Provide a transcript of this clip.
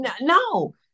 No